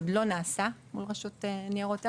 שעוד לא נעשה מול רשות ניירות ערך,